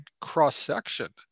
cross-section